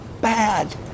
bad